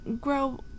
grow